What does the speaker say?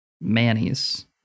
Manny's